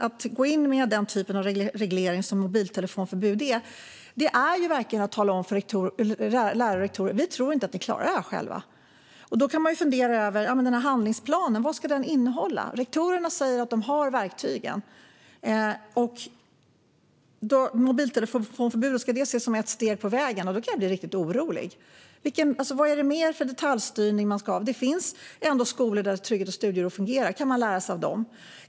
Att gå in med den typen av reglering som ett mobiltelefonförbud innebär är verkligen att tala om för lärare och rektorer att de inte klarar detta själva. Vad ska handlingsplanen innehålla? Rektorerna säger att de har verktygen. Ska mobiltelefonförbud ses som ett steg på vägen? Då kan jag bli riktigt orolig. Vad är det mer för detaljstyrning som ska införas? Det finns ändå skolor där trygghet och studiero fungerar. Går det att lära sig av de skolorna?